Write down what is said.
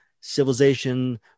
civilization